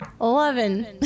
Eleven